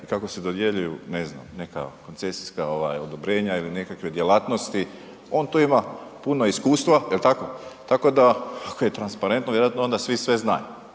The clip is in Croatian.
i kako se dodjeljuju ne znam, neka koncesijska odobrenja ili nekakve djelatnosti, on tu ima puno iskustva, jel tako, tako da, ako je transparentno, vjerojatno onda svi sve znaju